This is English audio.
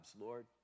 Lord